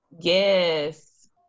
Yes